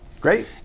Great